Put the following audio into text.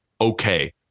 okay